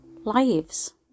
lives